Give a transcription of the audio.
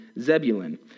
Zebulun